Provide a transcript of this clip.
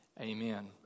Amen